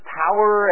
power